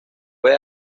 fue